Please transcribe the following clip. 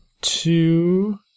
two